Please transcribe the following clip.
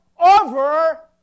over